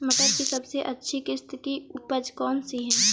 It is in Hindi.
टमाटर की सबसे अच्छी किश्त की उपज कौन सी है?